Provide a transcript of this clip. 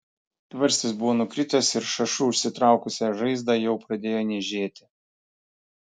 tvarstis buvo nukritęs ir šašu užsitraukusią žaizdą jau pradėjo niežėti